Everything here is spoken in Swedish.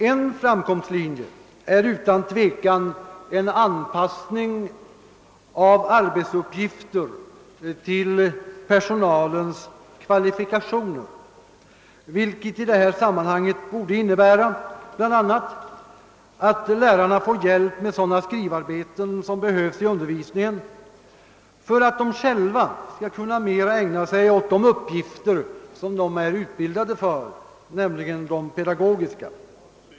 En framkomstlinje är utan tvivel anpassning av arbetsuppgifterna till personalens kvalifikationer, vilket i detta sammanhang bl.a. borde innebära att lärarna får hjälp med i undervisningen nödvändiga skrivarbeten, så att de själva mera skall kunna ägna sig åt de uppgifter som de utbildats för, nämligen de pedagogiska.